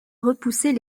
repousser